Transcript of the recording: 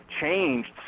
changed